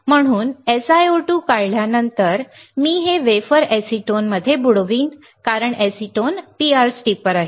म्हणून SiO2 खोदल्यानंतर मी हे वेफर एसीटोन मध्ये बुडवीन कारण एसीटोन PR स्टिपर आहे